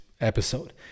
episode